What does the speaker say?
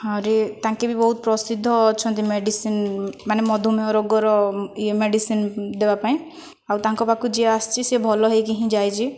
ଆହୁରି ତାଙ୍କେ ବି ବହୁତ ପ୍ରସିଦ୍ଧ ଅଛନ୍ତି ମେଡିସିନ୍ ମାନେ ମଧୁମେହ ରୋଗର ଏ ମେଡିସିନ୍ ଦେବା ପାଇଁ ଆଉ ତାଙ୍କ ପାଖକୁ ଯିଏ ଆସିଛି ସେ ଭଲ ହୋଇକି ହିଁ ଯାଇଛି